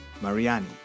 Mariani